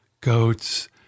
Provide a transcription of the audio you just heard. goats